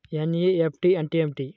NEFT అంటే ఏమిటి?